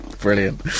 brilliant